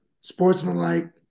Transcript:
sportsmanlike